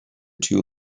two